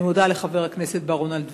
אני מודה לחבר הכנסת בר-און על דבריו.